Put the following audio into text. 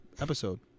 episode